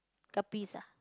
guppies ah